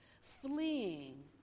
Fleeing